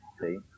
see